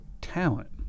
talent